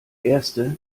erste